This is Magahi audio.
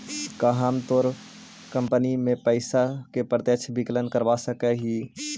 का हम तोर कंपनी से पइसा के प्रत्यक्ष विकलन करवा सकऽ हिअ?